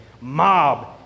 Mob